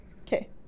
Okay